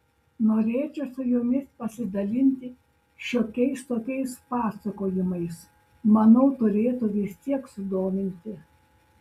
norėčiau su jumis pasidalinti šiokiais tokiais pasakojimais manau turėtų vis tiek sudominti